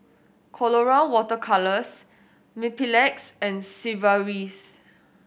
Colora Water Colours Mepilex and Sigvaris